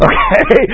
Okay